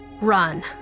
run